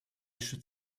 should